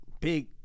Big